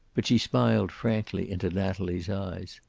but she smiled frankly into natalie's eyes.